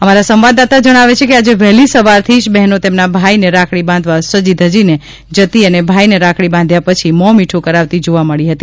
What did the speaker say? અમારા સંવાદદાતા જણાવે છે કે આજે વહેલી સવારથી જ બહેનો તેમના ભાઈને રાખડી બાંધવા સજી ધજીને જતી અને ભાઈને રાખડી બાંધ્યા પછી મો મીઠ્ કરાવતી જોવા મળી હતી